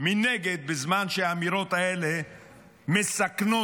מנגד בזמן שהאמירות האלה מסכנות